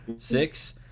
Six